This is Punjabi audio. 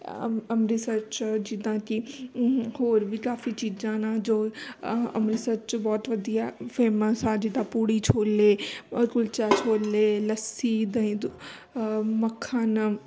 ਅੰਮ ਅੰਮ੍ਰਿਤਸਰ 'ਚ ਜਿੱਦਾਂ ਕਿ ਹੋਰ ਵੀ ਕਾਫੀ ਚੀਜ਼ਾਂ ਨਾ ਜੋ ਅਹਾ ਅੰਮ੍ਰਿਤਸਰ 'ਚ ਬਹੁਤ ਵਧੀਆ ਫੇਮਸ ਆ ਜਿੱਦਾਂ ਪੂੜੀ ਛੋਲੇ ਅ ਕੁਲਚਾ ਛੋਲੇ ਲੱਸੀ ਦਹੀ ਤੂੰ ਮੱਖਣ